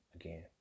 again